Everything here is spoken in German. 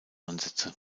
ansätze